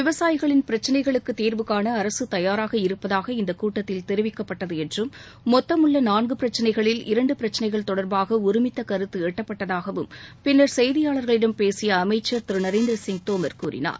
விவசாயிகளின் பிரச்சினைகளுக்கு தீர்வுகாண அரசு தயாராக இருப்பதாக இந்த கூட்டத்தில் தெரிவிக்கப்பட்டது என்றும் மொத்தமுள்ள நான்கு பிரச்சினைகளில் இரண்டு பிரச்சினைகள் தொடர்பாக ஒருமித்த கருத்து எட்டப்பட்டதாகவும் பின்னர் செய்தியாளர்களிடம் பேசிய அமைச்சர் திரு நரேந்திர சிங் தோமர் கூறினார்